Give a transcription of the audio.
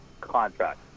contract